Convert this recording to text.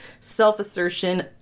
self-assertion